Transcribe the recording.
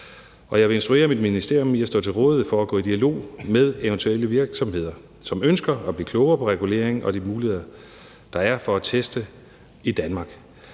Jeg vil også instruere mit ministerium om at stå til rådighed for at gå i dialog med eventuelle virksomheder, som ønsker at blive klogere på regulering og de muligheder, der er for at teste i Danmark.